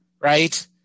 Right